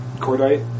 Cordite